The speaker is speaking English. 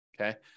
okay